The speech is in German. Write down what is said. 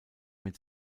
mit